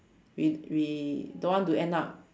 we we don't want to end up